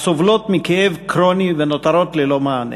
הסובלות מכאב כרוני ונותרות ללא מענה.